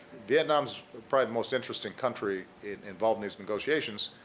vietnam's probably the most interesting country involved in these negotiations.